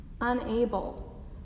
unable